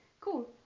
Cool